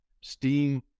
steam